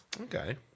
Okay